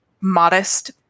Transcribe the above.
modest